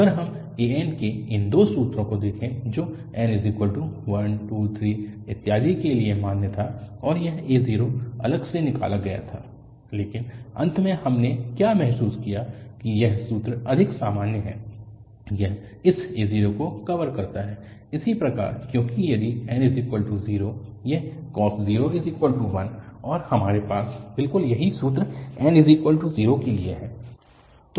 अगर हम an के इन दो सूत्रों को देखें जो n 1 2 3 इत्यादि के लिए मान्य था और यह a0 अलग से निकाला गया था लेकिन अंत में हमने क्या महसूस किया कि यह सूत्र अधिक सामान्य है यह इस a0 को कवर करता है इसी प्रकार क्योंकि यदि n0 यह cos 0 1 और हमारे पास बिल्कुल यही सूत्र n0 के लिए है